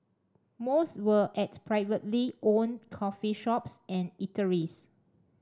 most were at privately owned coffee shops and eateries